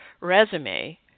resume